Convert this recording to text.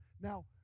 Now